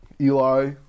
eli